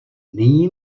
nyní